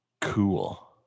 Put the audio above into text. cool